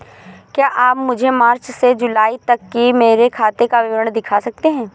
क्या आप मुझे मार्च से जूलाई तक की मेरे खाता का विवरण दिखा सकते हैं?